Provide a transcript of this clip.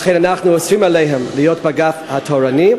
לכן אנחנו אוסרים עליהם להיות באגף התורני.